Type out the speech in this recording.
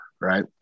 right